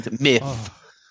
myth